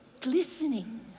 glistening